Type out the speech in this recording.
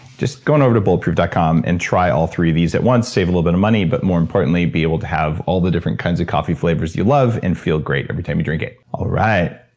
just go on over to bulletproof dot com and try all three of these at once, save a little bit of money, but more importantly be able to have all the different kinds of coffee flavors you love, and feel great every time you drink it alright.